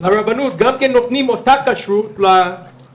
ברבנות גם כן נותנים אותה כשרות לבד"צים.